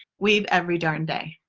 weave every darn day.